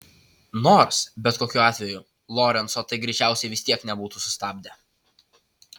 nors bet kokiu atveju lorenco tai greičiausiai vis tiek nebūtų sustabdę